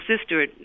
sister